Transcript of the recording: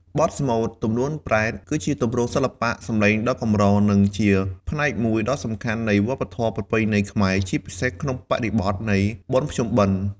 បទស្មូត ទំនួញប្រេត គឺជាទម្រង់សិល្បៈសំឡេងដ៏កម្រ និងជាផ្នែកមួយដ៏សំខាន់នៃ វប្បធម៌ប្រពៃណីខ្មែរ ជាពិសេសក្នុងបរិបទនៃ បុណ្យភ្ជុំបិណ្ឌ។